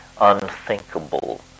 unthinkable